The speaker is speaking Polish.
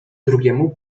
drugiemu